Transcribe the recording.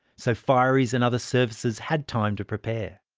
so firies and other services had time to prepare.